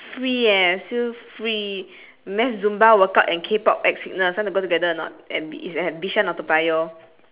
free eh still free mass zumba workout and k-pop X fitness want to go together or not at it's at bishan or toa payoh